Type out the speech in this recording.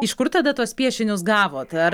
iš kur tada tuos piešinius gavot ar